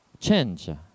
change